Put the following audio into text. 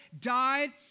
died